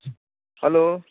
hello